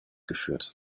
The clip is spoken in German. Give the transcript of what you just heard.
geführt